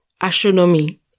astronomy